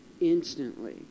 Instantly